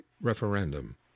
referendum